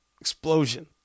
explosion